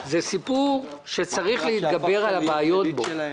זה סיפור שצריך להתגבר על הבעיות בו,